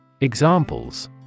Examples